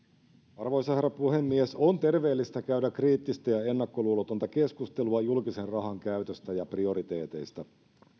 arvoisa herra puhemies on terveellistä käydä kriittistä ja ennakkoluulotonta keskustelua julkisen rahan käytöstä ja prioriteeteista